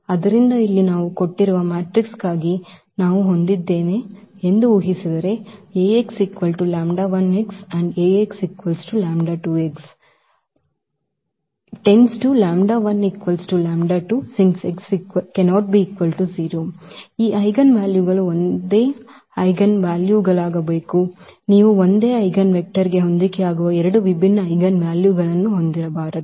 ಆದ್ದರಿಂದ ಇಲ್ಲಿ ನಾವು ಕೊಟ್ಟಿರುವ ಮ್ಯಾಟ್ರಿಕ್ಸ್ಗಾಗಿ ನಾವು ಹೊಂದಿದ್ದೇವೆ ಎಂದು ಊಹಿಸಿದರೆ since ಈ ಎರಡು ಐಜೆನ್ವಾಲ್ಯೂಗಳು ಒಂದೇ ಐಜೆನ್ವಾಲ್ಯುಗಳಾಗಬೇಕು ನೀವು ಒಂದೇ ಐಜೆನ್ವೆಕ್ಟರ್ ಗೆ ಹೊಂದಿಕೆಯಾಗುವ 2 ವಿಭಿನ್ನ ಐಜೆನ್ ವ್ಯಾಲ್ಯೂಗಳನ್ನು ಹೊಂದಿರಬಾರದು